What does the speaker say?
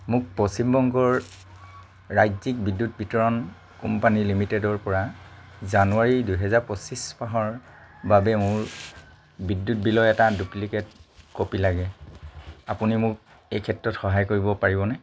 মোক পশ্চিমবংগৰ ৰাজ্যিক বিদ্যুৎ বিতৰণ কোম্পানী লিমিটেডৰ পৰা জানুৱাৰী দুহেজাৰ পঁচিছ মাহৰ বাবে মোৰ বিদ্যুৎ বিলৰ এটা ডুপ্লিকেট কপি লাগে আপুনি মোক এই ক্ষেত্ৰত সহায় কৰিব পাৰিবনে